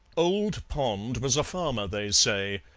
old pond was a farmer, they say,